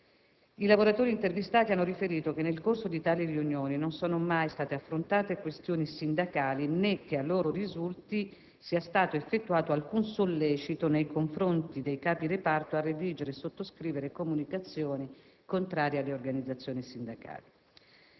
I lavoratori intervistati hanno riferito che nel corso di tali riunioni non sono mai state affrontate questioni sindacali né che a loro risulti sia stato effettuato alcun sollecito nei confronti dei capireparto a redigere e sottoscrivere comunicazioni contrarie alle organizzazioni sindacali.